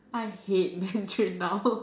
I hate Mandarin now